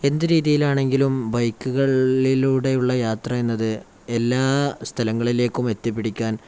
എന്ത് രീതിയിലാണെങ്കിലും ബൈക്കുകളിലൂടെയുള്ള യാത്രയെന്നത് എല്ലാ സ്ഥലങ്ങളിലേക്കും എത്തിപ്പെടാന്